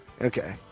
Okay